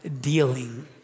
dealing